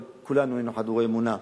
אבל כולנו היינו חדורי אמונה.